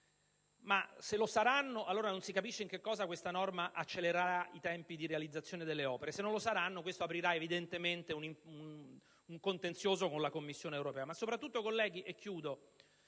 Ma se lo saranno, non si capisce allora in che cosa questa norma accelererà i tempi di realizzazione delle opere; se invece non lo saranno, ciò aprirà evidentemente un contenzioso con la Commissione europea.